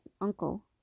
uncle